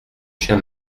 chien